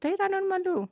tai yra normalu